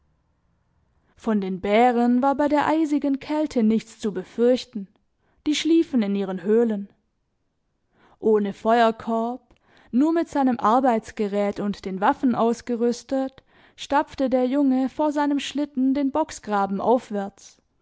von den bären war bei der eisigen kälte nichts zu befürchten die schliefen in ihren höhlen ohne feuerkorb nur mit seinem arbeitsgerät und den waffen ausgerüstet stapfte der junge vor seinem schlitten den bocksgraben aufwärts